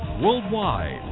worldwide